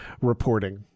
reporting